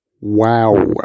wow